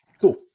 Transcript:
cool